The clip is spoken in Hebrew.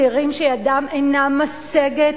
צעירים שידם אינה משגת